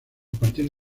partir